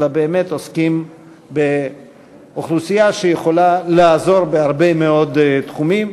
אלא באמת עוסקים באוכלוסייה שיכולה לעזור בהרבה מאוד תחומים.